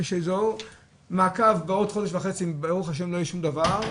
כשיזהו במעקב בעוד חודש וחצי וברוך ה' לא יהיה שום דבר,